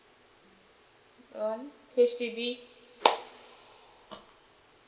one H_D_B